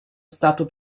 stato